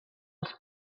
els